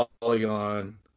Polygon